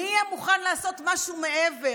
מי יהיה מוכן לעשות משהו מעבר,